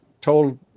told